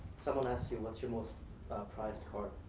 someone asked you, what's your most prized card